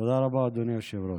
תודה רבה, אדוני היושב-ראש.